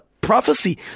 prophecy